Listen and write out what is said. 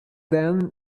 then